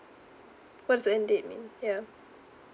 what is the end date mean ya